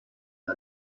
منو